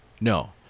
no